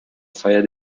fire